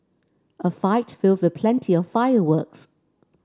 a fight filled with plenty of fireworks